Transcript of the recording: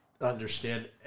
understand